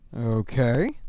Okay